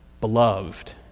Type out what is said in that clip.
beloved